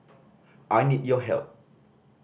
I need your help